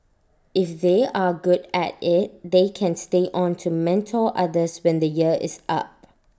if they are good at IT they can stay on to mentor others when the year is up